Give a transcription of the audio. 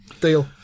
deal